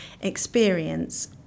experience